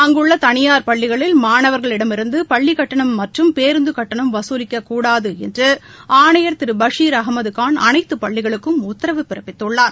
அங்குள்ள தனியார் பள்ளிகளில் மாணவர்களிமிருந்து பள்ளிக்கட்டணம் மற்றும் பேருந்து கட்டணம் வசூலிக்கக்கூடாது என்று ஆணையா் திரு பஷா் அகமதுகான் அனைத்து பள்ளிகளுக்கும் உத்தரவு பிறப்பித்துள்ளார்